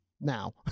now